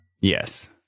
yes